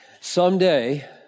Someday